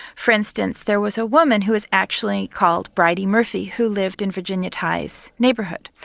for instance there was a woman who was actually called bridey murphy who lived in virginia tighe's neighbourhood,